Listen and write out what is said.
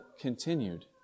continued